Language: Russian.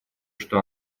что